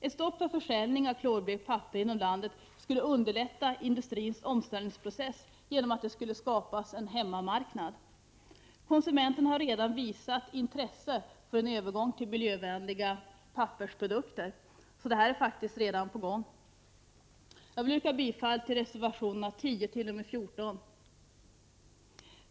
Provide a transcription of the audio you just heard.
Ett stopp för försäljning av klorblekt papper inom landet skulle underlätta industrins omställningsprocess genom att det skulle skapas en hemmamarknad. Konsumenterna har redan visat intresse för en övergång till miljövänliga pappersprodukter, så detta är faktiskt redan på gång. Jag yrkar bifall till reservationerna 10—14.